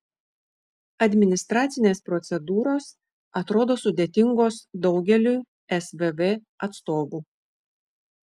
administracinės procedūros atrodo sudėtingos daugeliui svv atstovų